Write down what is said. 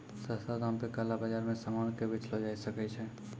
सस्ता दाम पे काला बाजार मे सामान के बेचलो जाय सकै छै